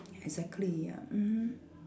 exactly ya mmhmm